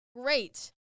great